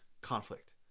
conflict